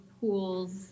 pools